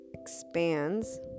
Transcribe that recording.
expands